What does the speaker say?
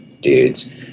dudes